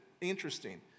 interesting